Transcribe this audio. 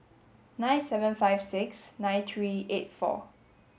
nine seven five six nine three eight four